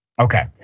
okay